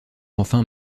enfin